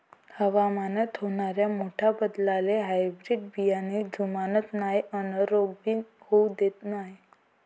हवामानात होनाऱ्या मोठ्या बदलाले हायब्रीड बियाने जुमानत नाय अन रोग भी होऊ देत नाय